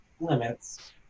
limits